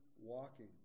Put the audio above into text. walking